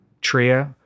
Tria